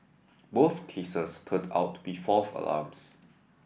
both cases turned out to be false alarms